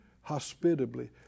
hospitably